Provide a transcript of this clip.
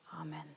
amen